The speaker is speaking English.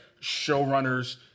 showrunners